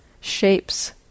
shapes